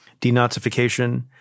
denazification